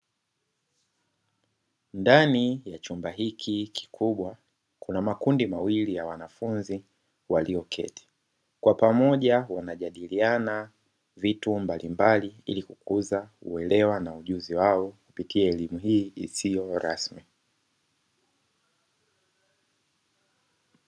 Ndani ya chumba hiki kikubwa kuna makundi mawili ya wanafunzi walioketi, kwa pamoja wanajadiliana vitu mbalimbali ili kukuza uelewa na ujuzi wao kupitia elimu hii isiyo rasmi.